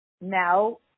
now